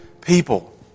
people